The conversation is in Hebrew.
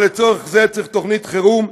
אבל לצורך זה צריך תוכנית חירום,